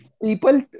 People